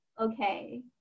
okay